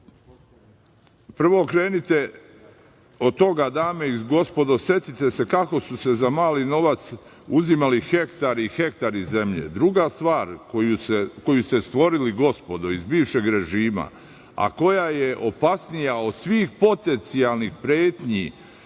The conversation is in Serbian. krenite od toga, dame i gospodo, setite se kako su se za mali novac uzimali hektari i hektari zemlje. Druga stvar koju ste stvorili, gospodo iz bivšeg režima, a koja je opasnija od svih potencijalnih pretnji